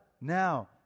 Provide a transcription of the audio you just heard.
now